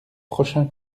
prochain